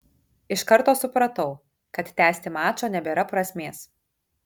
iš karto supratau kad tęsti mačo nebėra prasmės